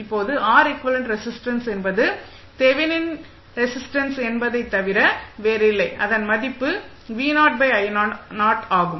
இப்போது R equivalent resistance என்பது Thevenin என்பதை தவிர வேறில்லை அதன் மதிப்பு ஆகும்